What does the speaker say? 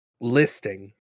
listing